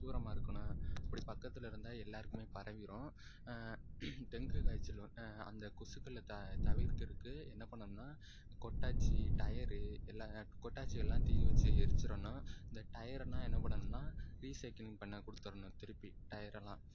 தூரமாக இருக்குணும் அப்படிப் பக்கத்தில் இருந்தால் எல்லோருக்குமே பரவிடும் டெங்கு காய்ச்சல் வந்தால் அந்த கொசுக்களை த தவிர்க்கிறதுக்கு என்ன பண்ணணும்னால் கொட்டாச்சி டயரு எல்லா கொட்டாச்சி எல்லாத்தையும் வச்சு எரிச்சிடணும் அந்த டயரெல்லாம் என்ன பண்ணணும்னால் ரீசைக்ளிங் பண்ண கொடுத்துருணும் திருப்பி டயரெல்லாம்